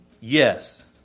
Yes